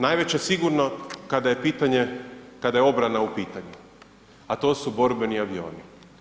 Najveća sigurno kada je pitanje, kada je obrana u pitanju, a to su borbeni avioni.